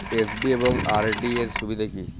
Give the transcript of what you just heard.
FD এবং RD এর সুবিধা কী?